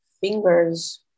fingers